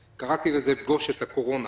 קראתי לזה: פגוש את הקורונה,